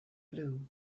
blue